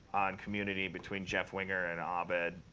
on community, between jeff winger and um abed.